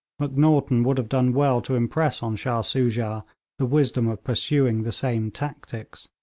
macnaghten would have done well to impress on shah soojah the wisdom of pursuing the same tactics.